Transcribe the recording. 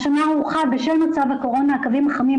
השנה בשל מצב הקורונה הורחבו הקווים החמים,